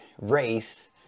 race